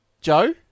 Joe